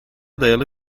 dayalı